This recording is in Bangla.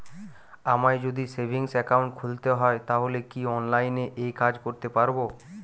আমায় যদি সেভিংস অ্যাকাউন্ট খুলতে হয় তাহলে কি অনলাইনে এই কাজ করতে পারবো?